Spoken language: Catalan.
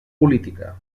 política